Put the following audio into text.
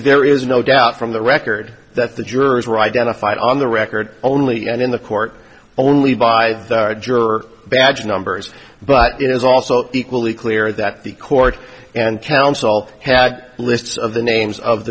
there is no doubt from the record that the jurors were identified on the record only and in the court only by juror badge numbers but it is also equally clear that the court and counsel had lists of the names of